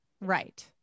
Right